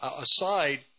aside